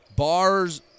Bars